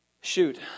shoot